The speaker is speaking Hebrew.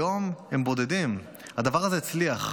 היום הם בודדים, הדבר הזה הצליח.